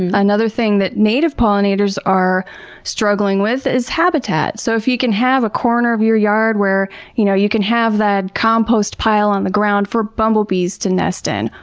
and another thing that native pollinators are struggling with is habitat. so, if you can have a corner of your yard where you know you can have that compost pile on the ground for bumble bees to nest in.